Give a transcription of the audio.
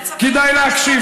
כדאי להקשיב.